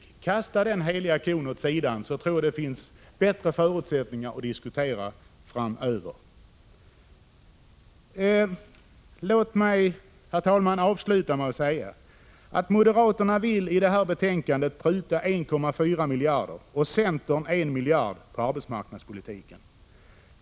Om moderaterna slaktar denna heliga ko, tror jag att det finns bättre förutsättningar att diskutera framöver. Låt mig, herr talman, avsluta med att säga att moderaterna i detta betänkande vill pruta 1,4 miljarder, och centern 1 miljard, på arbetsmarknadspolitiken.